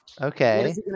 Okay